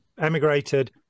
emigrated